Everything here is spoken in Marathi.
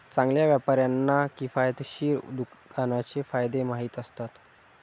चांगल्या व्यापाऱ्यांना किफायतशीर दुकानाचे फायदे माहीत असतात